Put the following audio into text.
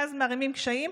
ואז מערימים קשיים,